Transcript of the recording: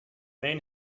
main